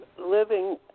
living